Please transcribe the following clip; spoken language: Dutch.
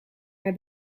naar